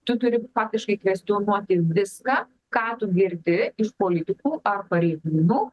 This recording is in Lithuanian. tu turi praktiškai kvestionuoti viską ką tu girdi iš politikų ar pareigūnų